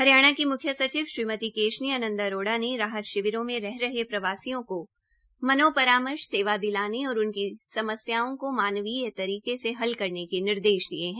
हरियाणा की मुख्य सचिव श्रीमती केशनी आनंद अरोड़ा ने राहत शिविरों में रह हरे प्रवासियों को मनो परामर्श सेवा दिलाने और उनकी समस्याओं का मानवीय तरीके से हल करने के निर्देश दिये है